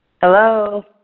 Hello